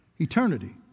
eternity